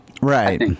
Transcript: Right